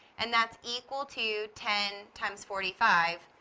and that is equal to ten times forty-five,